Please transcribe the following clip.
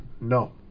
No